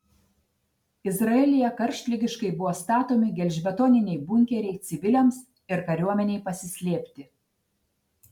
izraelyje karštligiškai buvo statomi gelžbetoniniai bunkeriai civiliams ir kariuomenei pasislėpti